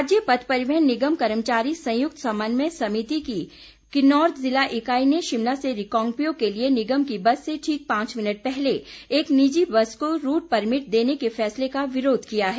राज्य पथ परिवहन निगम कर्मचारी संयुक्त समन्वय समिति की किन्नौर जिला इकाई ने शिमला से रिकांगपिओ के लिए निगम की बस से ठीक पांच मिनट पहले एक निजी बस को रूट परमिट देने के फैसले का विरोध किया है